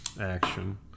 action